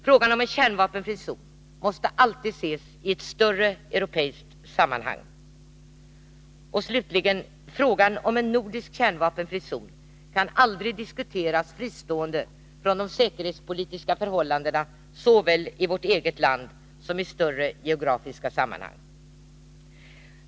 Frågan om en kärnvapenfri zon måste alltid ses i ett större europeiskt sammanhang. 4. Frågan om en nordisk kärnvapenfri zon kan aldrig diskuteras fristående från de säkerhetspolitiska förhållandena, varken i vårt eget land eller i större geografiska sammanhang.